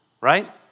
right